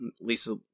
Lisa